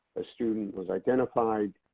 a student was identified,